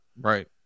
Right